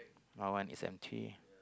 my one is empty